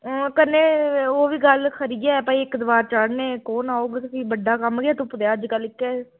हां कन्नै ओह्बी गल्ल खरी ऐ भाई इक दवार चाढ़ने ई कौन औह्ग ते फ्ही बड्डा कम्म गै तुप्पदे अजकत इक्कै